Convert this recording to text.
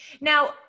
Now